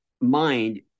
mind